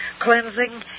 Cleansing